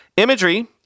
imagery